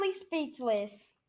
speechless